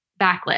backlit